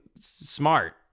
smart